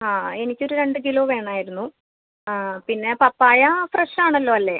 ആ എനിക്കൊരു രണ്ട് കിലോ വേണമായിരുന്നു ആ പിന്നെ പപ്പായ ഫ്രഷ് ആണല്ലോ അല്ലേ